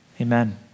Amen